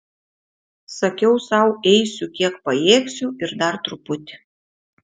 sakiau sau eisiu kiek pajėgsiu ir dar truputį